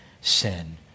sin